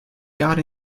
got